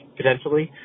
potentially